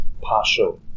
partial